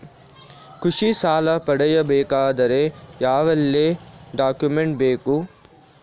ಕೃಷಿ ಸಾಲ ಪಡೆಯಬೇಕಾದರೆ ಯಾವೆಲ್ಲ ಡಾಕ್ಯುಮೆಂಟ್ ಬೇಕು?